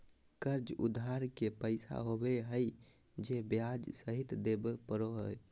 कर्ज उधार के पैसा होबो हइ जे ब्याज सहित देबे पड़ो हइ